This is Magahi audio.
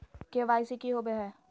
के.वाई.सी की हॉबे हय?